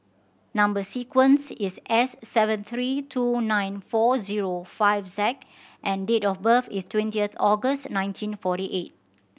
number sequence is S seven three two nine four zero five Z and date of birth is twentieth August nineteen forty eight